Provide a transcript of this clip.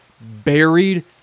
buried